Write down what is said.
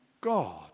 God